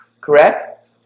Correct